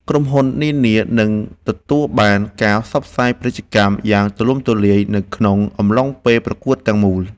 ក្រុមហ៊ុននានានឹងទទួលបានការផ្សព្វផ្សាយពាណិជ្ជកម្មយ៉ាងទូលំទូលាយនៅក្នុងអំឡុងពេលប្រកួតទាំងមូល។